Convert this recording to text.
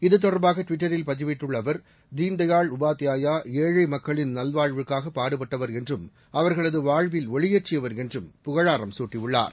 இது தொடர்பாக ட்விட்டரில் பதிவிட்டுள்ள அவர் தீன் தயாள் உபாத்யாயா ஏழை மக்களின் நல்வாழ்வுக்காக பாடுபட்டவர் என்றும் அவர்களது வாழ்வில் ஒளியேற்றியவர் என்றும் புகழாரம் சுட்டியுள்ளார்